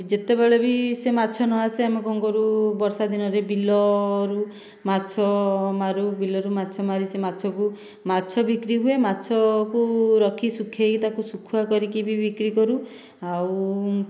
ଯେତେବେଳେ ବି ସେ ମାଛ ନ ଆସେ ଆମେ କ'ଣ କରୁ ବର୍ଷା ଦିନରେ ବିଲରୁ ମାଛ ମାରୁ ବିଲରୁ ମାଛ ମାରି ସେ ମାଛକୁ ମାଛ ବିକ୍ରୀ ହୁଏ ମାଛକୁ ରଖି ଶୁଖେଇ ତାକୁ ଶୁଖୁଆ କରିକି କି ବି ବିକ୍ରୀ କରୁ ଆଉ